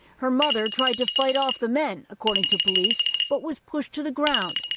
her mother tried to fight off the men, according to police, but was pushed to the ground.